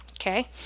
Okay